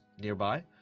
nearby